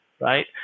right